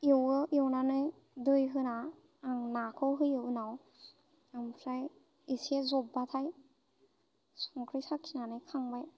एवो एवनानै दै होना आं नाखौ होयो उनाव ओमफ्राय एसे जब्बाथाय संख्रि साखिनानै खांबाय